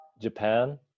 Japan